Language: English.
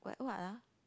what what ah